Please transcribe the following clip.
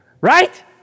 Right